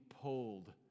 pulled